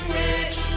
rich